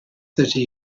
thirty